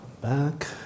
back